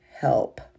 help